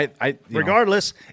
Regardless